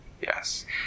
Yes